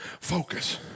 focus